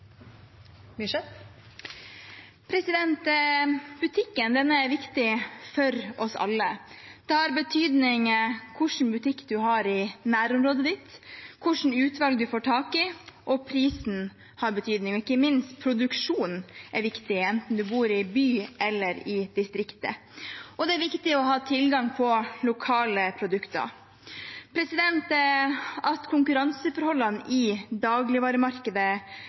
viktig for oss alle. Det har betydning hva slags butikk du har i nærområdet ditt, og hva slags utvalg du får tak i, og prisen har betydning. Ikke minst er produksjonen viktig, enten du bor i byen eller i distriktet. Og det er viktig å ha tilgang på lokale produkter. At konkurranseforholdene i dagligvaremarkedet